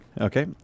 Okay